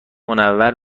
منور